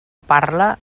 parla